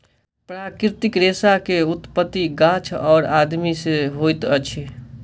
प्राकृतिक रेशा के उत्पत्ति गाछ और आदमी से होइत अछि